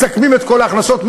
מסכמים את כל ההכנסות,